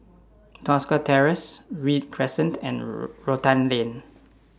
Tosca Terrace Read Crescent and Rotan Lane